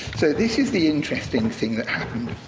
so this is the interesting thing that happened.